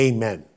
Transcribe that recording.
Amen